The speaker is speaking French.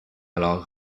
alors